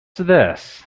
this